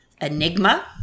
Enigma